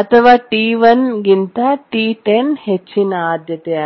ಅಥವಾ T1 ಗಿಂತ T10 ಹೆಚ್ಚಿನ ಆದ್ಯತೆಯಾಗಿದೆ